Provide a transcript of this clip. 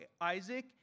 Isaac